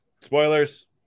Spoilers